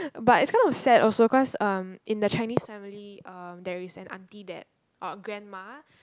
but it's kind of sad also cause um in the Chinese family um there is an auntie that uh grandma